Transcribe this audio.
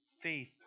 faith